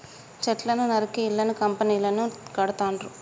చెట్లను నరికి ఇళ్లను కంపెనీలను కడుతాండ్రు